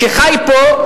שחי פה,